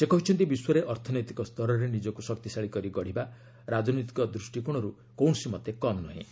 ସେ କହିଛନ୍ତି ବିଶ୍ୱରେ ଅର୍ଥନୈତିକ ସ୍ତରରେ ନିଜକୁ ଶକ୍ତିଶାଳୀ କରି ଗଢ଼ିବା ରାଜନୈତିକ ଦୃଷ୍ଟିକୋଣରୁ କୌଣସିମତେ କମ୍ ନୁହେଁ